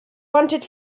wanted